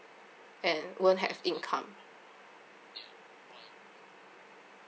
and won't have income